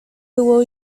było